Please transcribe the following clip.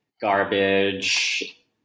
garbage